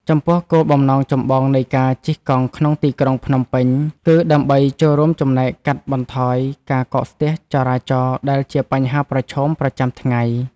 ចំពោះគោលបំណងចម្បងនៃការជិះកង់ក្នុងទីក្រុងភ្នំពេញ គឺដើម្បីចូលរួមចំណែកកាត់បន្ថយការកកស្ទះចរាចរណ៍ដែលជាបញ្ហាប្រឈមប្រចាំថ្ងៃ។